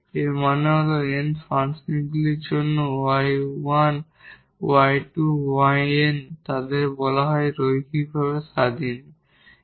এর মানে হল n ফাংশনগুলির জন্য 𝑦1 𝑦2 𝑦𝑛 এবং তাদের বলা হয় একটি লিনিয়ারভাবে ইন্ডিপেন্ডেট